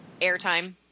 airtime